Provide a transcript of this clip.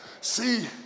See